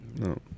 No